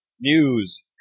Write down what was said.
news